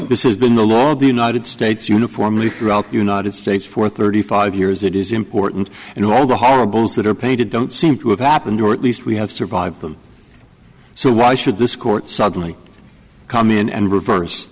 this is been the law of the united states uniformly throughout the united states for thirty five years it is important and all the horribles that are painted don't seem to have happened or at least we have survived them so why should this court suddenly come in and reverse